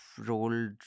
rolled